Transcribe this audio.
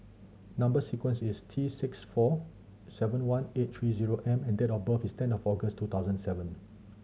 number sequence is T six four seven one eight three zero M and date of birth is ten of August two thousand seven